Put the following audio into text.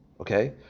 Okay